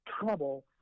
trouble